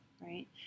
right